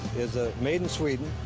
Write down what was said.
is, ah, made in sweden,